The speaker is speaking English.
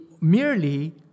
merely